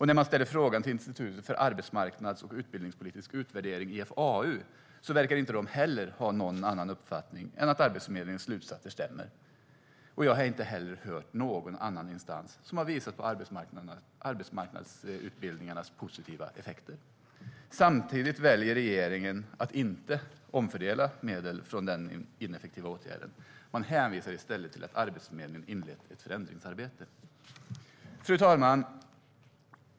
När man ställer frågan till Institutet för arbetsmarknads och utbildningspolitisk utvärdering, IFAU, verkar de inte heller ha någon annan uppfattning än att Arbetsförmedlingens slutsatser stämmer. Jag har inte heller hört om någon annan instans som visat på arbetsmarknadsutbildningarnas positiva effekter. Ändå väljer regeringen att inte omfördela medel från den ineffektiva åtgärden. Man hänvisar i stället till att Arbetsförmedlingen inlett ett förändringsarbete. Fru talman!